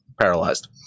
paralyzed